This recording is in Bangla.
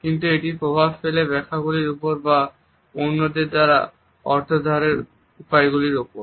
কিন্তু এটি প্রভাব ফেলে ব্যাখ্যা গুলির উপর বা অন্যদের দ্বারা অর্থোদ্ধারের এর উপায়গুলির উপর